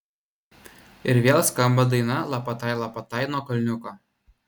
ir vėl skamba daina lapatai lapatai nuo kalniuko